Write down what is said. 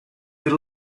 per